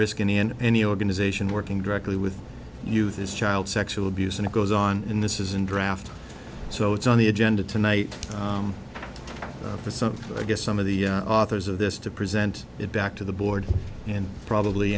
riskin in any organization working directly with youth is child sexual abuse and it goes on in this is in draft so it's on the agenda tonight for some i guess some of the authors of this to present it back to the board and probably